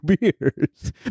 beers